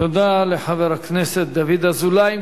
תודה לחבר הכנסת דוד אזולאי.